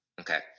Okay